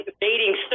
debating